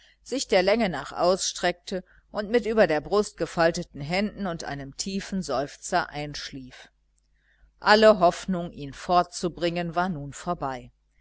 sich der länge nach ausstreckte und mit über der brust gefalteten händen und einem tiefen seufzer einschlief alle hoffnung ihn fortzubringen war nun vorbei